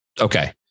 Okay